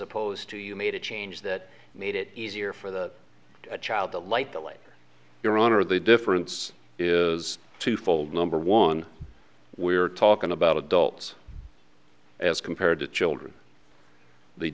opposed to you made a change that made it easier for the a child to light the light your honor the difference is twofold number one we are talking about adults as compared to children the